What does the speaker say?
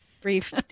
brief